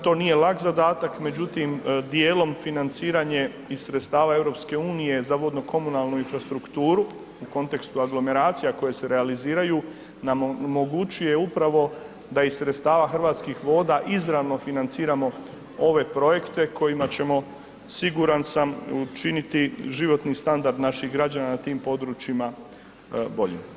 To nije lak zadatak, međutim, djelom financiranje iz sredstava EU za vodno komunalnu infrastrukturu, u kontekstu aglomeracija koje se realiziraju nam omogućuje upravo da iz sredstava Hrvatskih voda izravno financiramo ove projekte kojima ćemo siguran sam učiniti životni standard naših građana na tim područjima boljim.